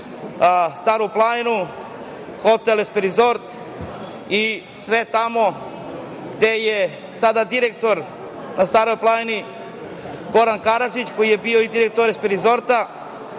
Staru planinu, hotel „SP Resort“ i sve tamo, gde je sada direktor na Staroj planini Goran Karadžić koji je bio i direktor „SP Resort“